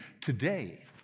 today